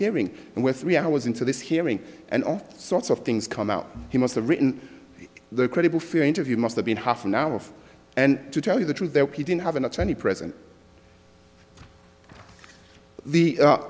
hearing and we're three hours into this hearing and all sorts of things come out he must have written the credible fear interview must have been half an hour and to tell you the truth that he didn't have an attorney present the